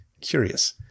Curious